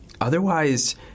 otherwise